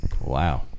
Wow